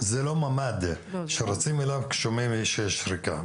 ממ"ד שרצים אליו כששומעים שיש שריקה.